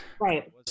right